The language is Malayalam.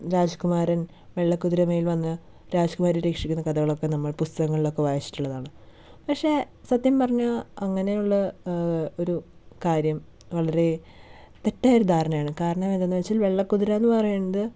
രാജ്കുമാരൻ വെള്ളക്കുതിരയുടെ മേൽ വന്ന് രാജകുമാരിയെ രക്ഷിക്കുന്ന കഥകളൊക്കെ നമ്മൾ പുസ്തകങ്ങളിലൊക്കെ വായിച്ചിട്ടുള്ളതാണ് പക്ഷേ സത്യം പറഞ്ഞാൽ അങ്ങനെയുള്ള ഒരു കാര്യം വളരേ തെറ്റായ ഒരു ധാരണയാണ് കാരണം എന്താണെന്ന് വച്ചാൽ വെള്ളക്കുതിര എന്ന് പറയണത്